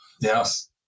Yes